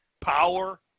power